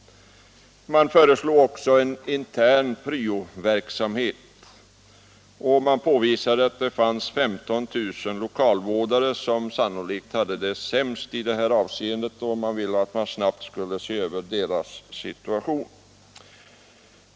Man föreslog en intern pryoverksamhet. Man påvisade att det fanns 15 000 lokalvårdare som sannolikt hade det sämst ställt, och man ville ha en snabb översyn av deras situation.